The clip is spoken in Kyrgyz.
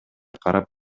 карап